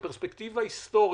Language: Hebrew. בפרספקטיבה היסטורית,